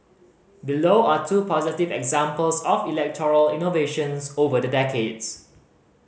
below are two positive examples of electoral innovations over the decades